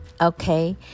Okay